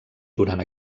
durant